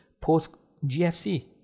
post-GFC